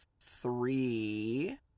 three